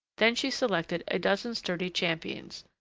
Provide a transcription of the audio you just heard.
then she selected a dozen sturdy champions,